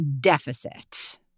deficit